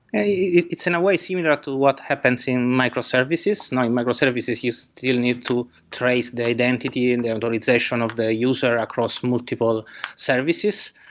it's in a way similar to what happens in microservices. now in microservices, you still need to trace the identity and the and authorization of the user across multiple services.